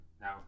now